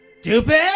stupid